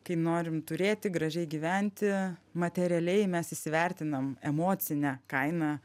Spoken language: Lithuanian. kai norim turėti gražiai gyventi materialiai mes įsivertinam emocinę kainą